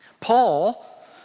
Paul